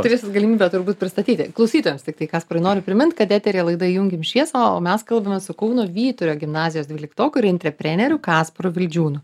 turėsit galimybę turbūt pristatyti klausytojams tiktai kasparai noriu primint kad eteryje laida įjunkim šviesą o mes kalbamės su kauno vyturio gimnazijos dvyliktokui ir entrepreneriu kasparu vildžiūnu